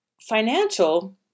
financial